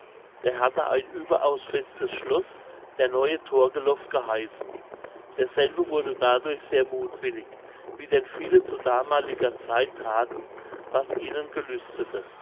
der hatte ein überaus festes schloß der neue torgelov geheißen derselbe wurde dadurch sehr muthwillig wie denn viele zu damaliger zeit thaten was ihnen gelüstete